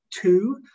two